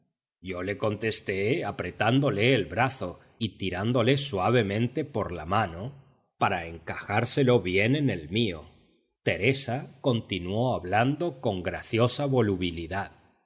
yo le contesté apretándole el brazo y tirándole suavemente por la mano para encajárselo bien en el mío teresa continuó hablando con graciosa volubilidad